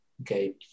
Okay